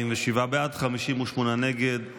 47 בעד, 58 נגד.